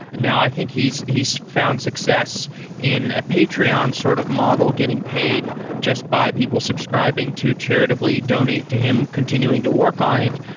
now, i think he's he's found success in a patreon sort of model getting paid just by people subscribing to charitably donate to him continuing to work on it.